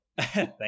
Thank